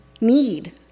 need